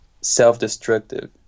self-destructive